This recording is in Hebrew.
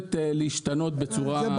חייבת להשתנות בצורה דרמטית.